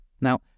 Now